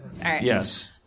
Yes